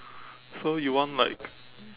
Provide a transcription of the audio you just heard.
so you want like